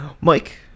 Mike